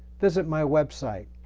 visit my website,